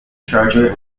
charger